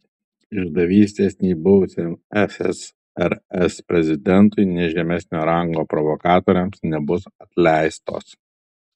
išdavystės nei buvusiam ssrs prezidentui nei žemesnio rango provokatoriams nebus atleistos